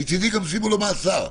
מצידי גם שימו לו מאסר,